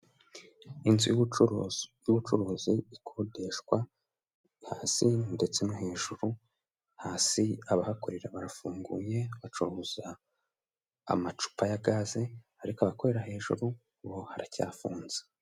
Inzu y'ubucuruzi y'ubucuruzi ikodeshwa hasi ndetse no hejuru, hasi abahakorera barafunguye bacuruza amacupa ya gaze, ariko abakorera hejuru ubu haracyafunze.